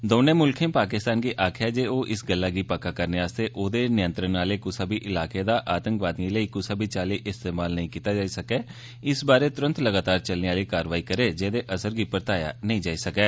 दौनें मुल्खें पाकिस्तान गी आक्खेआ ऐ जे ओ इस गल्लै गी पक्का करने आस्तै ओहदे नियंत्रण आले कुसै बी इलाके दा आतंकवादिएं लेई कुसै बी चाल्ली इस्तेमाल नेईं कीता जाई सकै तुरंत लगातार चलने आली कारवाई करै जेह्दे असर गी परताया नेई जाई सकै